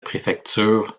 préfecture